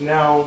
Now